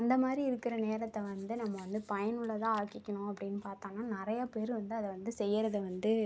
அந்தமாதிரி இருக்கிற நேரத்தை வந்து நம்ம வந்து பயனுள்ளதாக ஆக்கிக்கணும் அப்படின்னு பாத்தோனா நிறைய பேர் வந்து அதை வந்து செய்கிறது வந்து